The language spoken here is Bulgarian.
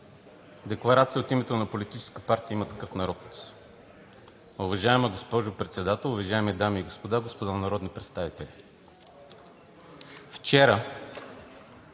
Декларация от името на Политическа партия „Има такъв народ“. Уважаема госпожо Председател, уважаеми дами и господа народни представители!